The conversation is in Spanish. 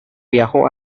viajó